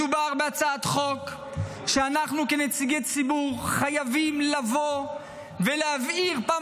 מדובר בהצעת חוק שאנחנו כנציגי ציבור חייבים לבוא ולהבהיר פעם